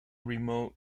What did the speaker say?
remote